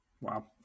Wow